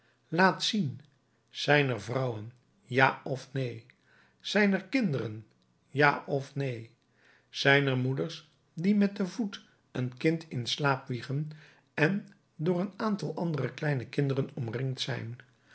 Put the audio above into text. laat zien zijn er vrouwen ja of neen zijn er kinderen ja of neen zijn er moeders die met den voet een kind in slaap wiegen en door een aantal andere kleine kinderen omringd zijn